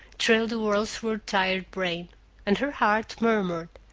trailed the words through her tired brain and her heart murmured,